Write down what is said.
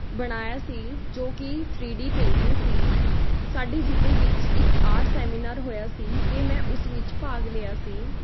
ਬਣਾਇਆ ਸੀ ਜੋ ਕਿ ਥ੍ਰੀ ਡੀ ਪੇਂਟਿੰਗ ਸੀ ਸਾਡੇ ਜ਼ਿਲ੍ਹੇ ਵਿੱਚ ਇੱਕ ਆਰਟ ਸੈਮੀਨਾਰ ਹੋਇਆ ਸੀ ਅਤੇ ਮੈਂ ਉਸ ਵਿੱਚ ਭਾਗ ਲਿਆ ਸੀ